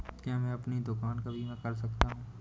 क्या मैं अपनी दुकान का बीमा कर सकता हूँ?